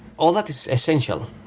all that is essential.